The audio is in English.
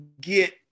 get